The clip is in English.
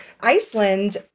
Iceland